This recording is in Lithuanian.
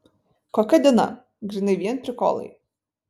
kokia diena grynai vien prikolai